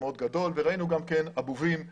מאוד גדול וראינו גם אבובים למיניהם.